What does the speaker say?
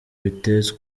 bitetse